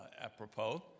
apropos